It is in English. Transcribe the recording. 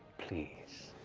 please,